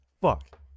Fuck